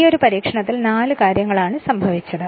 ഈയൊരു പരീക്ഷണത്തിൽ നാലു കാര്യങ്ങളാണ് ഇവിടെ സംഭവിച്ചത്